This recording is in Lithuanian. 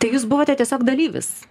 tai jūs buvote tiesiog dalyvis